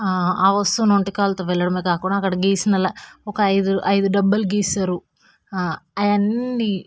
ఆ ఆ వస్తువుని ఒంటికాలితో వెళ్ళడమే కాకుండా అక్కడ గీసిన ల ఒక ఐదు ఐదు డబ్బాలు గీస్తారు ఆ అవన్నీ